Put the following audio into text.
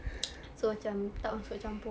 so macam tak masuk campur